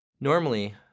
Normally